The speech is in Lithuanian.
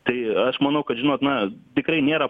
tai aš manau kad žinot na tikrai nėra